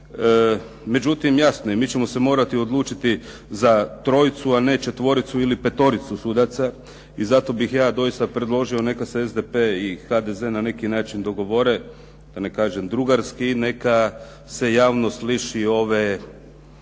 Međutim, jasno je, mi ćemo se morati odlučiti za trojicu a ne četvoricu ili petoricu sudaca i zato bih ja doista predložio neka se SDP i HDZ na neki način dogovore, da ne kažem drugarski, neka se javnost liši ovdje